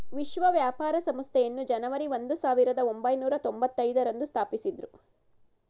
ವಿಶ್ವ ವ್ಯಾಪಾರ ಸಂಸ್ಥೆಯನ್ನು ಜನವರಿ ಒಂದು ಸಾವಿರದ ಒಂಬೈನೂರ ತೊಂಭತ್ತೈದು ರಂದು ಸ್ಥಾಪಿಸಿದ್ದ್ರು